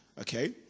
okay